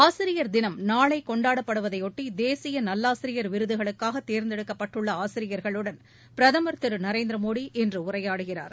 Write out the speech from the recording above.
ஆசிரியர் தினம் நாளை கொண்டாடப்படுவதையொட்டி தேசிய நல்லாசிரியர் விருதுகளுக்காக தேர்ந்தெடுக்கப்பட்டுள்ள ஆசிரியர்களுடன் பிரதமர் திரு நரேந்திர மோடி இன்று உரையாடுகிறார்